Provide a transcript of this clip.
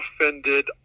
offended